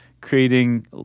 creating